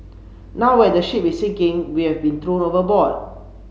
now when the ship is sinking we have been thrown overboard